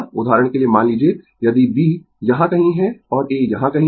उदाहरण के लिए मान लीजिए यदि B यहां कहीं है और A यहां कहीं है